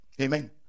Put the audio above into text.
Amen